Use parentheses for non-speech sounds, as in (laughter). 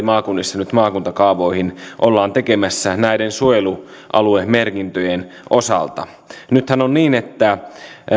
(unintelligible) maakunnissa nyt maakuntakaavoihin ollaan tekemässä suojelualuemerkintöjen osalta nythän on niin että